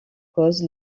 cause